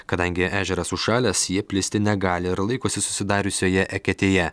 kadangi ežeras užšalęs jie plisti negali ir laikosi susidariusioje eketėje